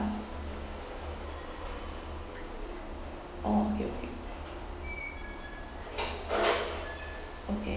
orh okay okay okay